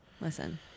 Listen